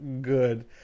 good